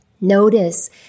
Notice